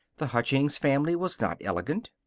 the huckins family was not elegant.